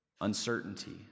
uncertainty